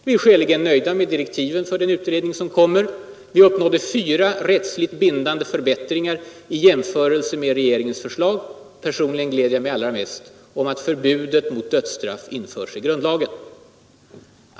Vi är skäligen nöjda med direktiven för den utredningen. Vi uppnådde dessutom fyra rättsligt bindande förbättringar i jäm förelse med regeringens förslag. Personligen gläder jag mig allra mest över att förbudet mot dödsstraff införs i grundlagen.